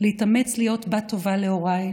להתאמץ להיות בת טובה להוריי,